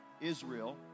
Israel